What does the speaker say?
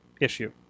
issue